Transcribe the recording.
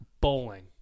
Bowling